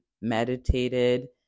meditated